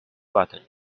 button